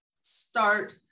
start